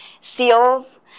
seals